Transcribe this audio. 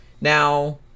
Now